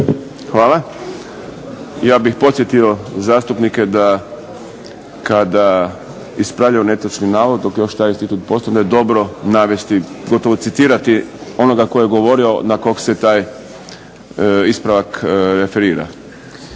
Hvala. Ja bih podsjetio zastupnike da kada ispravljaju netočni navod, dok još taj institut postoji, da je dobro navesti, gotovo citirati onoga tko je govorio na kog se taj ispravak referira.